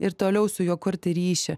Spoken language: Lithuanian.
ir toliau su juo kurti ryšį